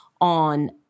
on